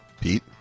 Pete